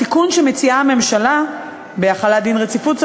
התיקון שמציעה הממשלה בהחלת דין רציפות,